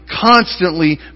constantly